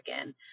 again